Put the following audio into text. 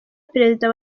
perezida